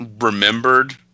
remembered